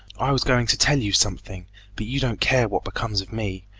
i was going to tell you something but you don't care what becomes of me.